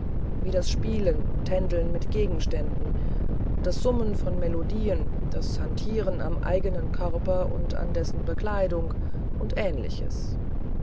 wie das spielen tändeln mit gegenständen das summen von melodien das hantieren am eigenen körper und an dessen bekleidung und ähnliches